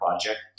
project